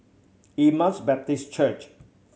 Emmaus Baptist Church